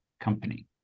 company